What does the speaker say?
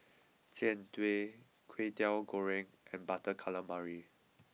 Jian Dui Kway Teow Goreng and Butter Calamari